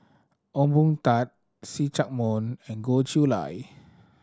Ong Boon Tat See Chak Mun and Goh Chiew Lye